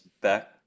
back